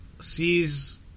sees